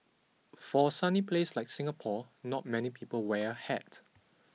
for a sunny place like Singapore not many people wear a hat